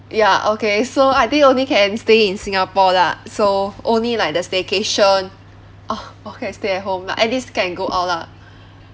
ya okay so I think only can stay in singapore lah so only like the staycation or or can stay at home lah at least can go out lah